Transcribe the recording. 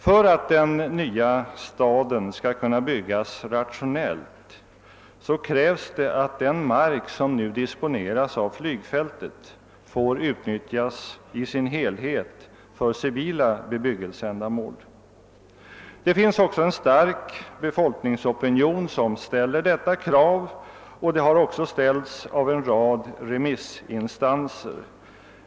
För att den nya staden skall kunna byggas rationellt krävs att den mark som nu disponeras av flygfältet får utnyttjas i sin helhet för civila bebyggelseändamål. Det finns en stark befolkningsopinion som ställer detta krav, och det har även ställts av en rad remissinstanser.